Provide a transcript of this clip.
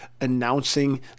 announcing